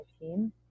team